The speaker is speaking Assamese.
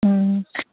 ও